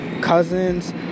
cousins